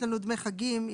דמי חגים,